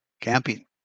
camping